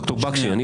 ד"ר בקשי.